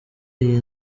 iyi